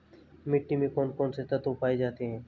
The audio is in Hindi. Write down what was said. मिट्टी में कौन कौन से तत्व पाए जाते हैं?